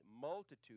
multitude